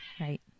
right